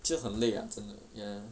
就很累啊真的 ya